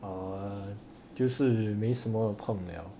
err 就是没什么碰 liao